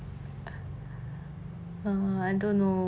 I don't know